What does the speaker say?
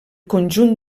conjunt